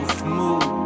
smooth